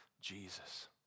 Jesus